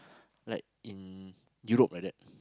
like in Europe like that